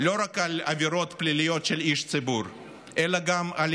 לא רק על עבירות פליליות של איש ציבור אלא גם על